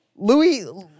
Louis